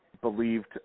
believed